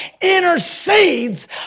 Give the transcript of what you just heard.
intercedes